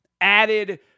Added